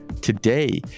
Today